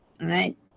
right